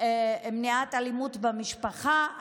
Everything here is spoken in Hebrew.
למניעת אלימות במשפחה.